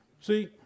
See